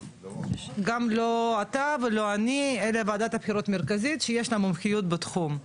גם לא אתה ולא אני אלא ועדת הבחירות המרכזית שיש להם מומחיות בתחום.